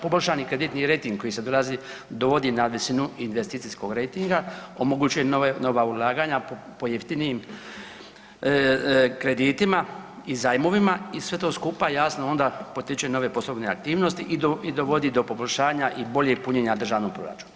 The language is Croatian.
Poboljšani kreditni rejting koji se dovodi na visinu investicijskog rejtinga omogućuje nova ulaganja po jeftinijim kreditima i zajmovima i sve to skupa jasno onda potiče nove poslovne aktivnosti i dovodi do poboljšanja i boljeg punjenja državnog proračuna.